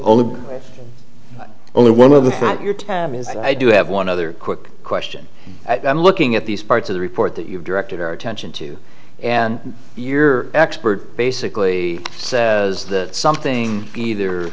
only only one of the but you're telling me is i do have one other quick question i'm looking at these parts of the report that you've directed our attention to and your expert basically says that something either